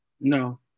No